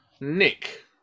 nick